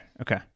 okay